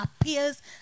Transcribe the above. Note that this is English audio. appears